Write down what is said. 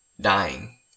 dying